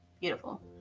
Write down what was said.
Beautiful